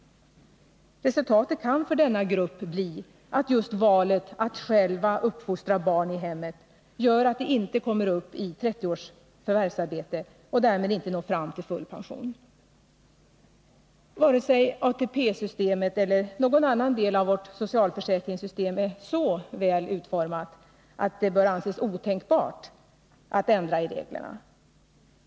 Resultatet kan för denna grupp bli att just valet att själva uppfostra barn i hemmet gör att de inte kommer upp i 30 års förvärvsarbete och därmed inte når fram till full pension. Varken ATP-systemet eller någon annan del av vårt socialförsäkringssystem är så väl utformat att det bör anses otänkbart att ändra i reglerna.